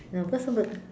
you know because somebody